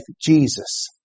Jesus